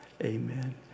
amen